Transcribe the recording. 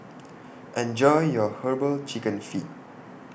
Enjoy your Herbal Chicken Feet